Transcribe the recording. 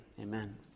amen